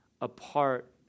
apart